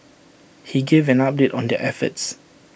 he gave an update on their efforts